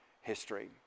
history